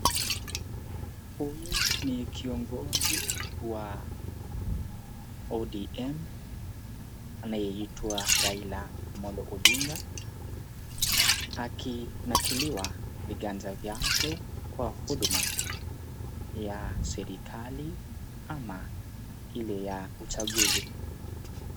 Huyu ni kiongozi wa ODM anayeitwa Raila Amolo Odinga akinakiliwa viganja vyake kwa huduma ya serikali ama ile ya uchaguzi.